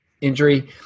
injury